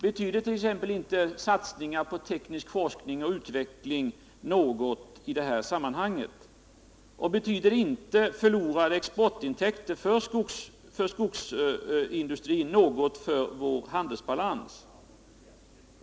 Betyder inte t.ex. satsningar på teknisk forskning och utveckling något i detta sammanhang, och betyder inte förlorade exportintäkter för skogsindustrin något för vår handelsbalans?